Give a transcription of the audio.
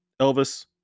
Elvis